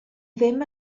ddim